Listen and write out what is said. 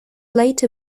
later